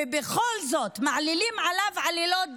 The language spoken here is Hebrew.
ובכל זאת מעלילים עליו עלילות דם.